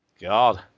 God